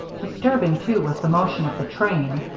disturbing, too, was the motion of the train,